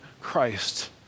Christ